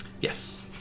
Yes